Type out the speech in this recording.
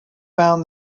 found